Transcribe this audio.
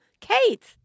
Kate